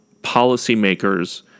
policymakers